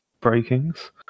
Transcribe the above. breakings